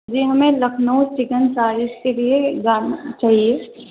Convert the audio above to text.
جی ہمیں لکھنؤ چکن چالیس کے لیے گارمنٹ چاہیے